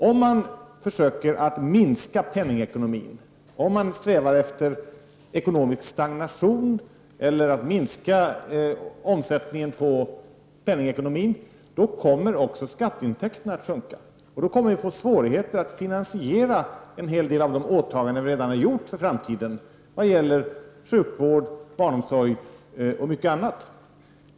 Om man försöker minska penningekonomin, om man strävar efter ekonomisk stagnation eller efter att minska omsättningen på penningekonomin kommer också skatteintäkterna att sjunka. Då kommer vi att få svårigheter att finansiera en hel del av de åtaganden vi redan har gjort för framtiden vad gäller sjukvård, barnomsorg och mycket annat.